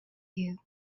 you